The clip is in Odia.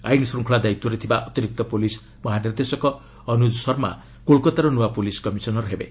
ଆଇନ୍ ଶୃଙ୍ଖଳା ଦାୟିତ୍ୱରେ ଥିବା ଅତିରିକ୍ତ ପୁଲିସ୍ ମହାନିର୍ଦ୍ଦେଶକ ଅନୁଜ ଶର୍ମା କୋଲକାତାର ନୂଆ ପୁଲିସ୍ କମିଶନର ହେବେ